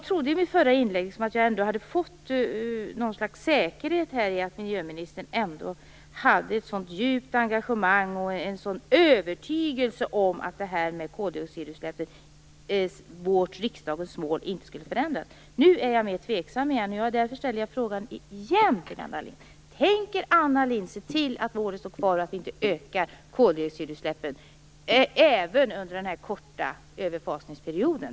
I mitt förra inlägg trodde jag att jag hade fått någon sorts säkerhet i att miljöministern ändå hade ett så djupt engagemang i och en sådan övertygelse om att riksdagens mål när det gäller koldioxidutsläppen inte skulle förändras. Nu är jag mer tveksam. Därför ställer jag frågan igen: Tänker Anna Lindh se till att målet står kvar och att vi inte ökar koldioxidutsläppen, även under den korta överfasningsperioden?